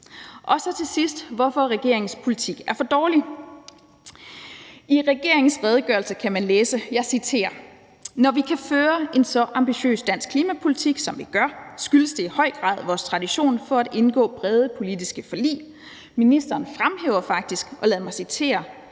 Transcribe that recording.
noget om, hvorfor regeringens politik er for dårlig: I regeringens redegørelse kan man læse: »Når vi kan føre en så ambitiøs dansk klimapolitk, som vi gør, skyldes det i høj grad vores tradition for at indgå brede politiske forlig.« Ministeren fremhæver faktisk, lad mig citere,